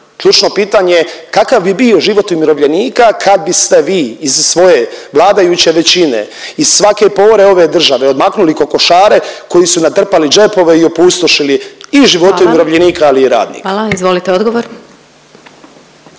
ključno pitanje kakav bi bio život umirovljenika kad biste vi iz svoje vladajuće većine, iz svake pore ove države odmaknuli kokošare koji su natrpali džepove i opustošili i živote umirovljenika, … .../Upadica: Hvala./... ali i radnika.